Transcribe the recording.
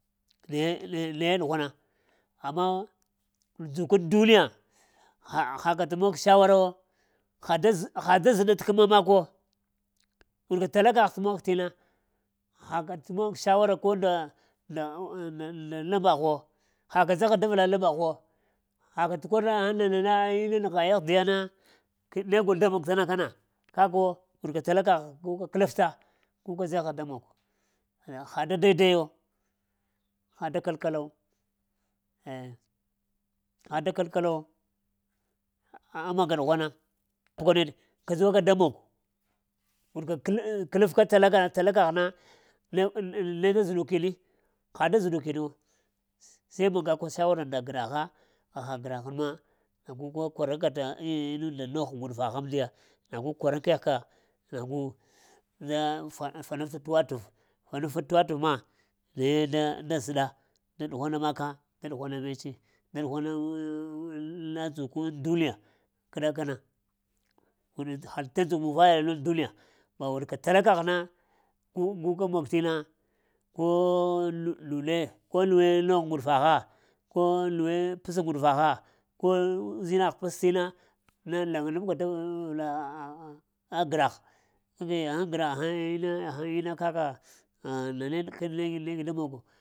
Naye na naye ɗughwana amma ndzukun ŋ duniya ha ha ka t’ mon shawara wo ha da zə, ha da zəɗa t'kəma mak wo, warka tala kagh t’ mog t'na, haka t'mog shawara ko nda lə lam baghwo, haka dzagha da vəla lambagh wo, ha ka t'kor na? Ghaŋ nana na ina nəghay ahdiya na negol da mog ta na kana kak wo wurka tala kagh guka kələfta gu ka dzaha da mogo, aya ha da dai-daiya wo, ha da kal-kala wo eh, ha da kal-kala wo amma ga ɗughwana. pakawa neɗe, kadzuwa ka da mogo warka kəl; ŋ kəlef ka tala kagh na, nene da zuɗuki ni, ha da zuɗiki wo se maga kun shawara nda gragha, haha gragh ma na gu ka kwaraŋ in unda nogh nguɗufagh amndiya na gu kwaraŋ kəgh ka na gu na fa fanaf ta t’ wa təv, fa nafəɗ t'wa t'ev ma, naye da dazəɗa da ɗughwana maka da ɗughwana me tse, da ɗughwanaa ŋ la ndzuk ŋ duniya kəɗaka na ta ndzuk munva yal ŋ duniya, warka tala kagh na gu guka mog tina, ko nu ɗe ko nuwe nogh ŋguɗufa gha, ko nuwe pəs ŋguɗufa gha, ko uzinagh pəs t'inna na laŋa nabka daŋ vəla ah a gragh ka gi? Ghaŋ gra? Ghaŋ ina kaka nane ne neh gi da mogo.